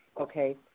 okay